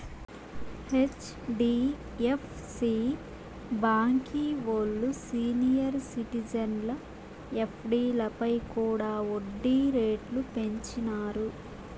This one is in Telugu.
హెచ్.డీ.ఎఫ్.సీ బాంకీ ఓల్లు సీనియర్ సిటిజన్ల ఎఫ్డీలపై కూడా ఒడ్డీ రేట్లు పెంచినారు